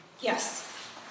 Yes